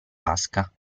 vasca